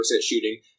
shooting